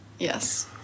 Yes